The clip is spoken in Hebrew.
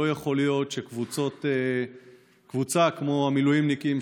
לא יכול להיות שקבוצה כמו המילואימניקים,